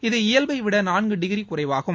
இது இயல்பைவிட நான்கு டிகிரி குறைவாகும்